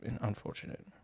unfortunate